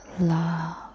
Love